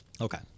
Okay